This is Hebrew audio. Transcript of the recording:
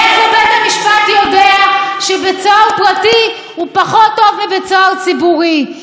מאיפה בית המשפט יודע שבית סוהר פרטי הוא פחות טוב מבית סוהר ציבורי?